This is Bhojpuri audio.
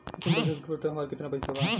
सितंबर से अक्टूबर तक हमार कितना पैसा बा?